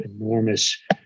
enormous